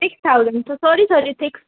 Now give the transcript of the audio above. six thousand तो sorry sorry six